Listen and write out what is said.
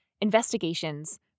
investigations